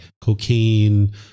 cocaine